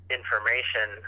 information